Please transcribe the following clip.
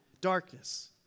Darkness